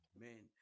Amen